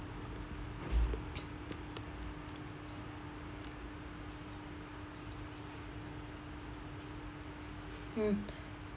mm